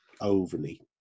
overly